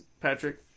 Patrick